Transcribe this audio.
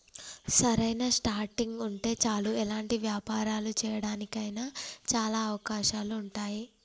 సరైన స్టార్టింగ్ ఉంటే చాలు ఎలాంటి వ్యాపారాలు చేయడానికి అయినా చాలా అవకాశాలు ఉంటాయి